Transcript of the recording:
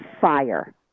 fire